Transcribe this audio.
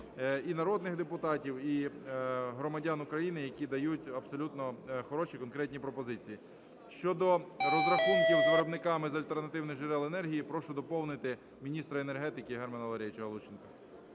і народних депутатів, і громадян України, які дають абсолютно хороші, конкретні пропозиції. Щодо розрахунків з виробниками з альтернативних джерел енергії прошу доповнити міністра енергетики Германа Валерійовича Галущенка.